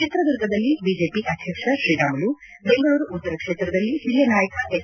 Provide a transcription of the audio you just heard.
ಚಿತ್ರದುರ್ಗದಲ್ಲಿ ಬಿಜೆಪಿ ನಾಯಕ ಶ್ರೀರಾಮಲು ಬೆಂಗಳೂರು ಉತ್ತರ ಕ್ಷೇತ್ರದಲ್ಲಿ ಹಿರಿಯ ನಾಯಕ ಎಸ್